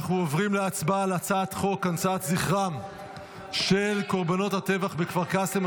אנחנו עוברים להצבעה על הצעת חוק הנצחת זכרם של קורבנות הטבח בכפר קאסם,